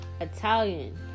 Italian